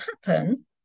happen